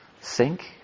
sink